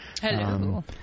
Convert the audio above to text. Hello